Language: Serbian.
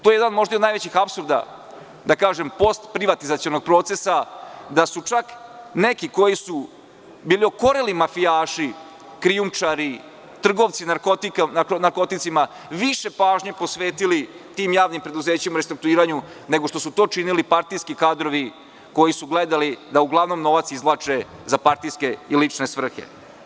To je jedan možda i od najvećih apsurda postprivatizacionog procesa, da su čak neki koji su bili okoreli mafijaši, krijumčari, trgovci narkoticima više pažnje posvetili tim javnim preduzećima u restrukturiranju, nego što su to činili partijski kadrovi koji su gledali da uglavnom novac izvlače za partijske i lične svrhe.